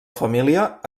família